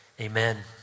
Amen